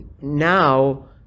now